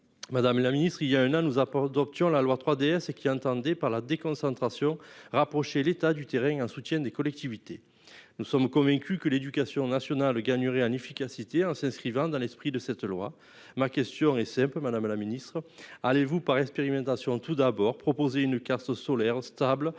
Madame la ministre, il y a un an nous apporte d'options. La loi 3DS et qu'il entendait par la déconcentration rapprocher l'état du terrain, un soutien des collectivités. Nous sommes convaincus que l'éducation nationale gagnerait en efficacité, en s'inscrivant dans l'esprit de cette loi. Ma question, et c'est un peu madame la ministre. Allez-vous par expérimentation, tout d'abord proposer une carte ce Sollers stable